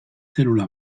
zelula